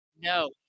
No